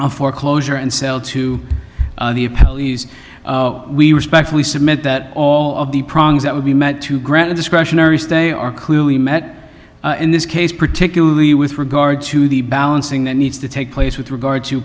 of foreclosure and sell to we respectfully submit that all of the problems that would be met to grant a discretionary stay are clearly met in this case particularly with regard to the balancing that needs to take place with regard to